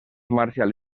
marcial